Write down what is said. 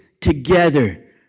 together